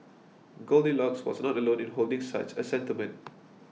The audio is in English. Goldilocks was not alone in holding such a sentiment